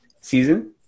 season